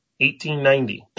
1890